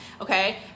okay